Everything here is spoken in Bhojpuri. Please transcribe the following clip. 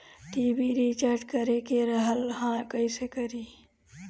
टी.वी रिचार्ज करे के रहल ह कइसे करी?